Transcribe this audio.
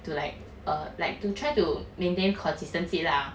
to like err like to try to maintain consistency lah